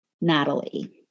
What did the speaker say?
natalie